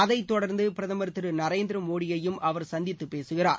அதைத் தொடர்ந்து பிரதமர் திரு நரேந்திர மோடியையும் அவர் சந்தித்துப் பேசுகிறார்